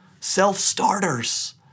self-starters